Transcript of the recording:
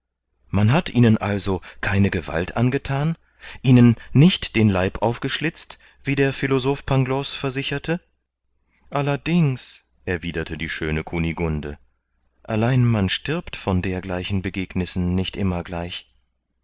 man hat ihnen also keine gewalt angethan ihnen nicht den leib aufgeschlitzt wie der philosoph pangloß versicherte allerdings erwiderte die schöne kunigunde allein man stirbt von dergleichen begegnissen nicht immer gleich